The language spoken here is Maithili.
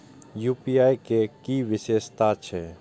यू.पी.आई के कि विषेशता छै?